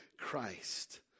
christ